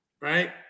right